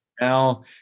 Now